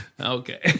Okay